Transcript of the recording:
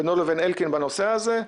בינו לבין אלקין בנושא הזה.